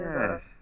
Yes